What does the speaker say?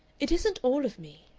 it isn't all of me.